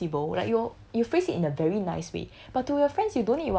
oh do you think it's possible like you will you'll face it in a very nice way